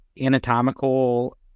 anatomical